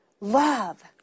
love